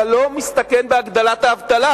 אתה לא מסתכן בהגדלת האבטלה,